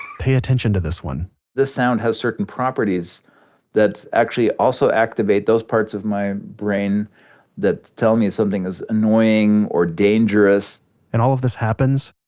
pay attention to this one this sound has certain properties that actually also activate those parts of my brain that tell me something is annoying or dangerous and all this happens,